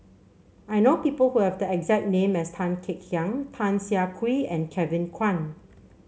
I know people who have the exact name as Tan Kek Hiang Tan Siah Kwee and Kevin Kwan